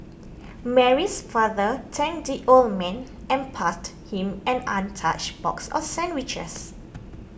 Mary's father thanked the old man and passed him an untouched box of sandwiches